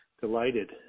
delighted